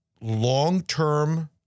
long-term